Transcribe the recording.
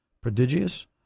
prodigious